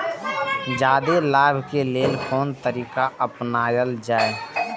जादे लाभ के लेल कोन तरीका अपनायल जाय?